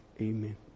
amen